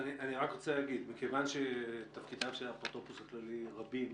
מכיוון שתפקידיו של האפוטרופוס הכללי רבים,